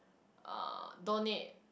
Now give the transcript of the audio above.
uh donate